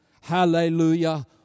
hallelujah